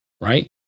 Right